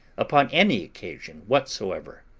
upon any occasion whatsoever.